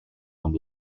amb